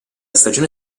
stagione